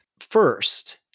first